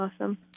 Awesome